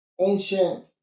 ancient